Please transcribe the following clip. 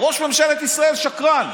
ראש ממשלת ישראל שקרן.